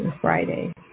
Friday